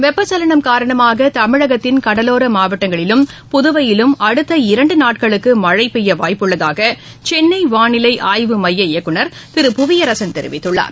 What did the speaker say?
வெப்ப சலனம் காரணமாக தமிழகத்தின் கடலோர மாவட்டங்களிலும் புதுவையிலும் அடுத்த இரண்டு நாட்களுக்கு மழை பெய்ய வாய்ப்புள்ளதாக சென்னை வாளிலை ஆய்வு மைய இயக்குநர் திரு புவியரசன் தெரிவித்துள்ளார்